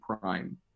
Prime